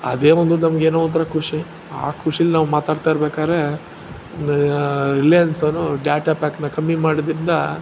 ಅದೇ ಒಂದು ನಮಗೇನೋ ಒಂಥರ ಖುಷಿ ಆ ಖುಷಿಲಿ ನಾವು ಮಾತಾಡ್ತಾಯಿರ್ಬೇಕಾದ್ರೇ ರಿಲಯನ್ಸ್ ಅವನು ಡಾಟಾ ಪ್ಯಾಕನ್ನು ಕಮ್ಮಿ ಮಾಡಿದ್ದರಿಂದ